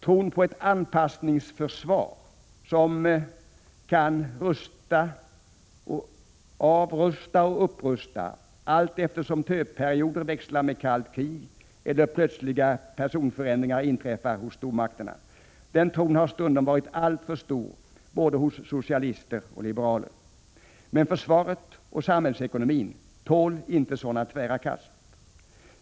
Tron på ett ”anpassningsförsvar”, som kan avrusta och upprusta allteftersom ”töperioder” växlar med kallt krig eller plötsliga personförändringar inträffar hos stormakterna, har stundom varit alltför stor både hos socialister och liberaler. Men försvaret och samhällsekonomin tål inte sådana tvära kast.